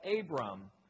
Abram